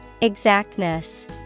Exactness